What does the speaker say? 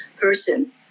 person